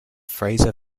fraser